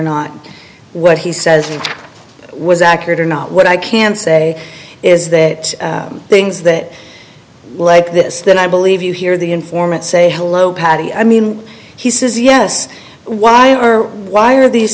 not what he says was accurate or not what i can say is that things that like this then i believe you hear the informant say hello patti i mean he says yes why are why are these